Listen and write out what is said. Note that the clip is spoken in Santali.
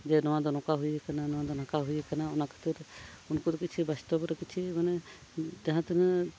ᱡᱮ ᱱᱚᱣᱟᱫᱚ ᱱᱚᱝᱠᱟ ᱦᱩᱭ ᱠᱟᱱᱟ ᱡᱮ ᱱᱚᱣᱟ ᱫᱚ ᱱᱚᱝᱠᱟ ᱦᱩᱭ ᱠᱟᱱᱟ ᱚᱱᱟ ᱠᱷᱟᱹᱛᱤᱨ ᱩᱱᱠᱩ ᱫᱚ ᱠᱤᱪᱷᱤ ᱵᱟᱥᱛᱚᱵᱽ ᱨᱮ ᱠᱤᱪᱷᱤ ᱢᱟᱱᱮ ᱡᱟᱦᱟᱸ ᱛᱤᱱᱟᱹᱜ